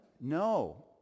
No